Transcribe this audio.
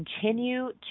continue